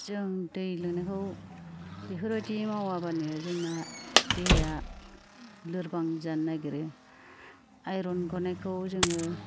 जों दै लायनायखौ बेफोर बादि मावाबानो जोंना देहाया लोरबां जानो नागिरो आइरन गनायखौ जोङो